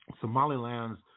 Somaliland's